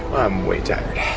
i'm way tired,